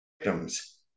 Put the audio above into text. victims